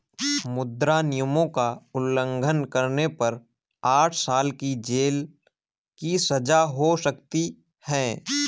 मुद्रा नियमों का उल्लंघन करने पर आठ साल की जेल की सजा हो सकती हैं